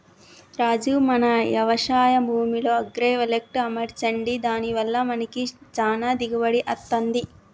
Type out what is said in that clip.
రాజు మన యవశాయ భూమిలో అగ్రైవల్టెక్ అమర్చండి దాని వల్ల మనకి చానా దిగుబడి అత్తంది